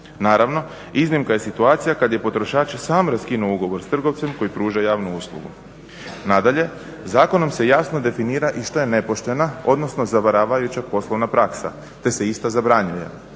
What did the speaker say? Naravno, iznimka je situacija kada je potrošač sam raskinuo ugovor s trgovcem koju pruža javnu uslugu. Nadalje, zakonom se jasno definira i što je nepoštena odnosno zavaravajuća poslovna praksa te se ista zabranjuje.